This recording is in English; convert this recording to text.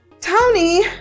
tony